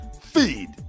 Feed